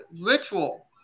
ritual